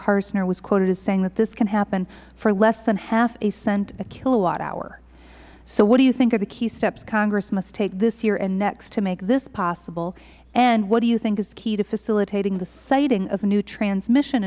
carson was quoted as saying that this can happen for less than half a cent a kilowatt hour so what do you think are the key steps congress must take this year and next to make this possible and what do you think is key to facilitating the siting of a new transmission